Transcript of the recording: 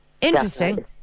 Interesting